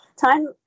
time